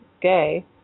gay